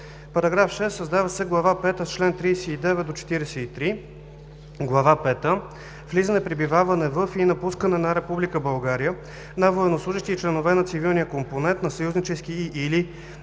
на § 6: § 6. Създава се Глава пета с чл. 39 – 43: „Глава пета – Влизане, пребиваване във и напускане на Република България на военнослужещи и членове на цивилния компонент на съюзнически и/или